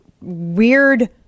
weird